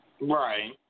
Right